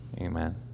Amen